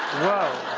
whoa.